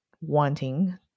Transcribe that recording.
wanting